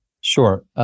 Sure